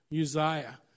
Uzziah